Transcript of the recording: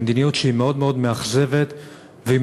היא מדיניות מאוד מאוד מאכזבת והיא